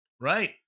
Right